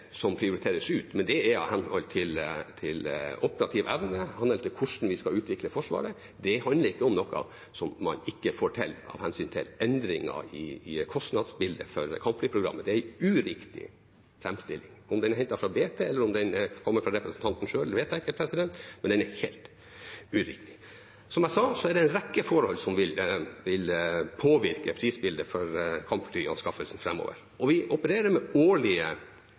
som prioriteres ut, men det er i henhold til operativ evne, i henhold til hvordan vi skal utvikle Forsvaret. Det handler ikke om noe som man ikke får til av hensyn til endringer i kostnadsbildet for kampflyprogrammet. Det er en uriktig framstilling. Om den er hentet fra Bergens Tidende, eller om den kommer fra representanten selv, vet jeg ikke, men den er helt uriktig. Som jeg sa, er det en rekke forhold som vil påvirke prisbildet for kampflyanskaffelsen framover, og vi opererer med årlige